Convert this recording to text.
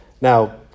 Now